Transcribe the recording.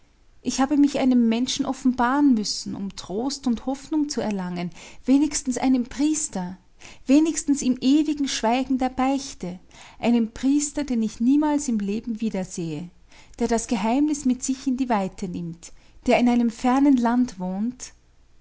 ich habe mich einem menschen offenbaren müssen um trost und hoffnung zu erlangen wenigstens einem priester wenigstens im ewigen schweigen der beichte einem priester den ich niemals im leben wieder sehe der das geheimnis mit sich in die weite nimmt der in einem fernen land wohnt